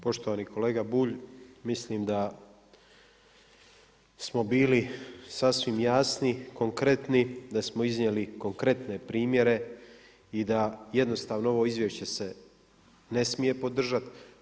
Poštovani kolega Bulj, mislim da smo bili sasvim jasni, konkretni, da smo iznijeli konkretne primjere i da jednostavno ovo izvješće se ne smije podržati.